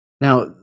Now